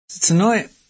tonight